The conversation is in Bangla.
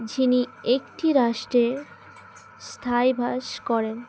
যিনি একটি রাষ্ট্রে স্থায়ী বাস করেন